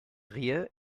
rehe